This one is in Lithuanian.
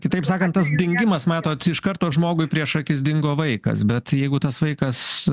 kitaip sakant tas dingimas matot iš karto žmogui prieš akis dingo vaikas bet jeigu tas vaikas